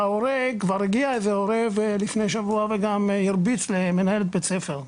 וכבר הגיע איזה הורה לפני שבוע וגם הרביץ למנהלת בית ספר,